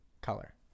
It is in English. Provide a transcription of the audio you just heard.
color